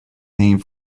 name